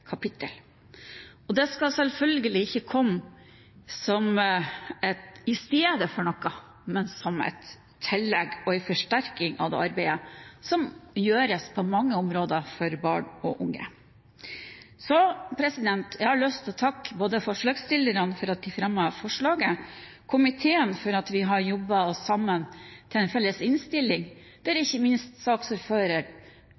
kapittel. Det skal selvfølgelig ikke komme i stedet for noe, men som et tillegg til og en forsterking av det arbeidet som gjøres for barn og unge på mange områder. Jeg har lyst til å takke både forslagsstillerne for at de fremmet forslaget, og komiteen for at vi sammen har jobbet oss fram til en felles innstilling, der